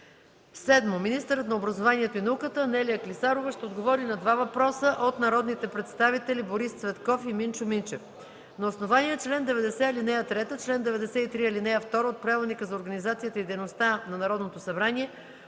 Министърът на образованието и науката Анелия Клисарова ще отговори на два въпроса от народните представители Борис Цветков и Минчо Минчев. На основание чл. 90, ал. 3 и чл. 93, ал. 2 от Правилника за организацията и дейността на Народното събрание,